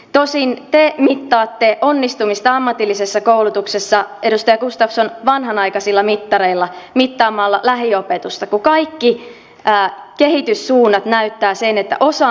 tosin te mittaatte onnistumista ammatillisessa koulutuksessa edustaja gustafsson vanhanaikaisilla mittareilla mittaamalla lähiopetusta kun kaikki kehityssuunnat näyttävät sen että osaaminen ratkaisee eikö niin